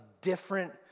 different